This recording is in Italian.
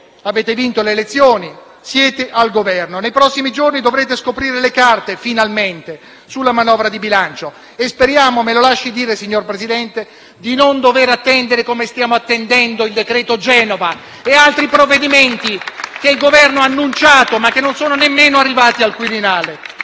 Avete vinto le elezioni, siete al Governo. Finalmente nei prossimi giorni dovrete scoprire le carte sulla manovra di bilancio e speriamo - me lo lasci dire, signor Presidente - di non dover attendere come stiamo attendendo il cosiddetto decreto-legge Genova e altri provvedimenti che il Governo ha annunciato, ma che non sono nemmeno arrivati al Quirinale.